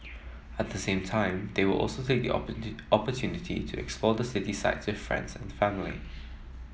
at the same time they will also say the opportunity to explore the city sights with friends and family